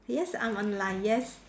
yes I'm online yes